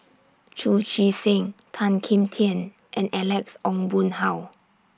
Chu Chee Seng Tan Kim Tian and Alex Ong Boon Hau